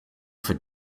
for